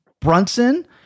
Brunson